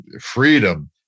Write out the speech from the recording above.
freedom